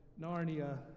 Narnia